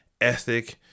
ethic